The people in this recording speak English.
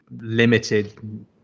limited